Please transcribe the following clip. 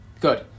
Good